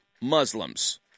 Muslims